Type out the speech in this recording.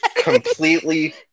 Completely